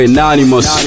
Anonymous